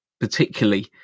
particularly